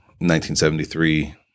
1973